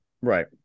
Right